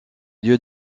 lieu